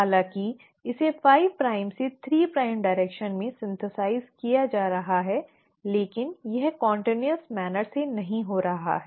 हालांकि इसे 5 प्राइम से 3 प्राइम दिशा में संश्लेषित किया जा रहा है लेकिन यह निरंतर तरीके से नहीं हो रहा है